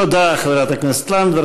תודה, חברת הכנסת לנדבר.